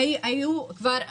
והיו כבר,